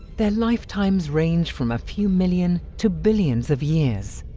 their lifetimes range from a few million to billions of years.